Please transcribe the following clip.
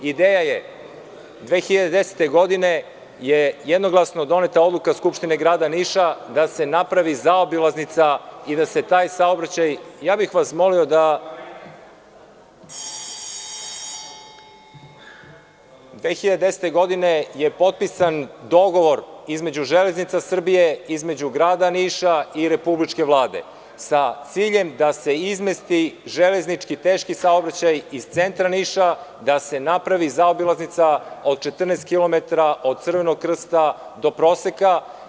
Ideja je, 2010. godine je jednoglasno doneta odluka Skupštine grada Niša da se napravi zaobilaznica i 2010. godine je potpisan dogovor između „Železnica Srbije“, između grada Niša i Republičke Vlade, sa ciljem da se izmesti železnički teški saobraćaj iz centra Niša, da se napravi zaobilaznica od 14 kilometara od Crvenog krsta do Proseka.